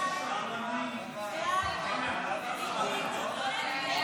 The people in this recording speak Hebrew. הצעת סיעת יש עתיד להביע אי-אמון בממשלה לא נתקבלה.